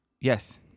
Yes